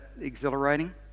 exhilarating